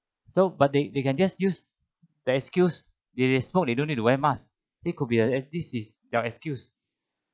so but they they can just use the excuse they smoke they don't need to wear mask it could be a this is their excuse